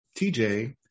TJ